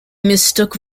mistook